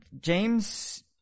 James